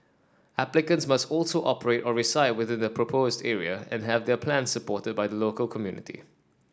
applicants must also operate or reside within the proposed area and have their plans supported by the local community